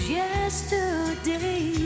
yesterday